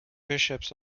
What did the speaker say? bishops